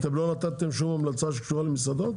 אתם לא נתתם שום המלצה שקשורה למסעדות?